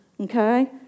Okay